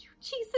Jesus